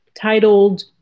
titled